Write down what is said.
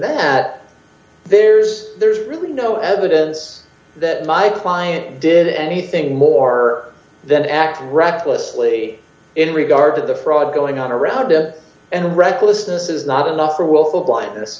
that there's really no evidence that my client did anything more than act recklessly in regard to the fraud going on around him and recklessness is not enough for willful blindness